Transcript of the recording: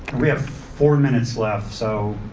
we have four minutes left. so